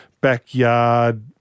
backyard